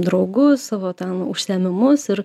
draugus savo ten užsiėmimus ir